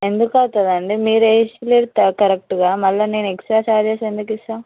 ఎందుకు అవుతుంది అండి మీరు వేయిస్తలేదు కరెక్ట్గా మళ్ళీ నేను ఎక్స్ట్రా ఛార్జెస్ ఎందుకు ఇస్తాను